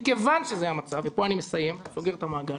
מכיוון שזה המצב ופה אני מסיים, סוגר את המעגל